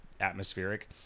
atmospheric